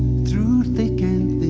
through thick and